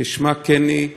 כשמה כן היא,